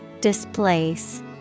Displace